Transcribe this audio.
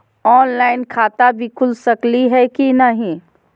Online खाता भी खुल सकली है कि नही?